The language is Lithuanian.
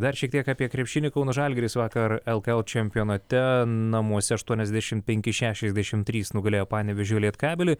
dar šiek tiek apie krepšinį kauno žalgiris vakar lkl čempionate namuose aštuoniasdešim penki šešiasdešim trys nugalėjo panevėžio lietkabelį